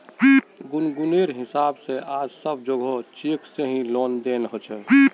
गुनगुनेर हिसाब से आज सब जोगोह चेक से ही लेन देन ह छे